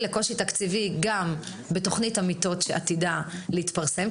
לקושי תקציבי גם בתכנית המיטות שעתידה להתפרסם.